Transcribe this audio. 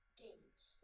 games